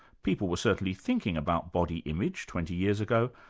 people were certainly thinking about body image twenty years ago,